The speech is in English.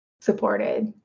supported